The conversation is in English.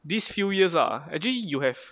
these few years are actually you have